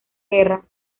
guerra